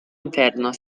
interno